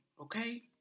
okay